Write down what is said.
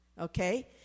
okay